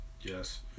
Yes